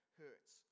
hurts